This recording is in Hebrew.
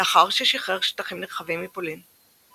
לאחר ששחרר שטחים נרחבים מפולין.